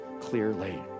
clearly